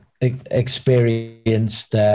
experienced